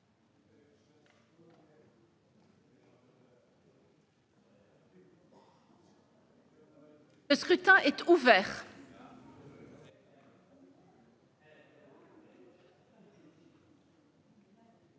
Le scrutin est ouvert.